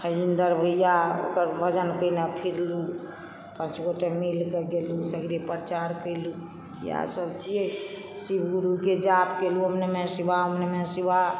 ईन्दर भैया ओकर भजन कयने फिरलु पाँचगोटे मिलके गयलू सगरे प्रचार कयलू इएहसभ छियै शिवगुरुके जाप कयलू ॐ नमः शिवाय ॐ नमः शिवाय